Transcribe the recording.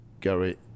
Gary